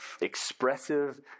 expressive